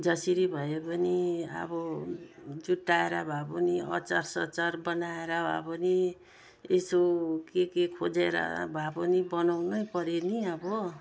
जसरी भए पनि अब जुटाएर भए पनि अचारसचार बनाएर भए पनि यसो के के खोजेर भए पनि बनाउनैपर्यो नि अब